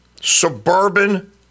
suburban